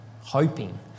hoping